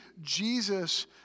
Jesus